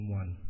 one